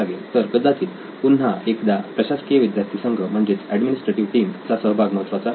तर कदाचित पुन्हा एकदा प्रशासकीय विद्यार्थी संघ म्हणजेच एडमिनिस्ट्रेटिव टीम चा सहभाग महत्त्वाचा ठरतो